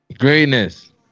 Greatness